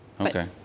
Okay